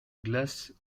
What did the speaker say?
glace